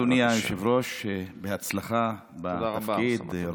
אדוני היושב-ראש, בהצלחה בתפקיד.